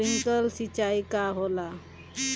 Sprinkler सिंचाई का होला?